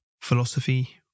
philosophy